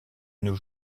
nos